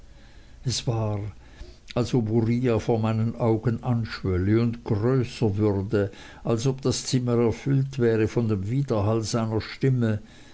es war als ob uriah vor meinen augen anschwölle und größer würde als ob das zimmer er füllt wäre von dem widerhall seiner stimme